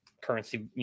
currency